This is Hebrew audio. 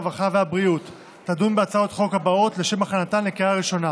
הרווחה והבריאות תדון בהצעות החוק הבאות לשם הכנתן לקריאה ראשונה: